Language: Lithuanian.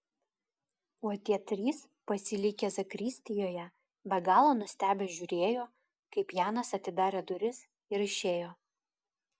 o tie trys pasilikę zakristijoje be galo nustebę žiūrėjo kaip janas atidarė duris ir išėjo